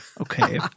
okay